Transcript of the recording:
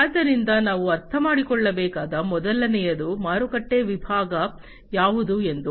ಆದ್ದರಿಂದ ನಾವು ಅರ್ಥಮಾಡಿಕೊಳ್ಳಬೇಕಾದ ಮೊದಲನೆಯದು ಮಾರುಕಟ್ಟೆ ವಿಭಾಗ ಯಾವುದು ಎಂದು